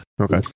Okay